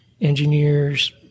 engineers